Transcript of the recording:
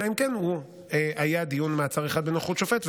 אלא אם כן היה דיון מעצר אחד בנוכחות שופט,